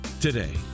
Today